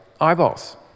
eyeballs